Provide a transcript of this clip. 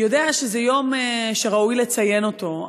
יודע שזה יום שראוי לציין אותו.